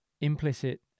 implicit